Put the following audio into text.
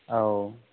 औ